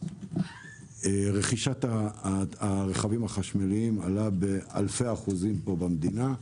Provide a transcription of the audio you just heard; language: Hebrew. שרכישת הרכבים החשמליים עלתה באלפי אחוזים במדינה,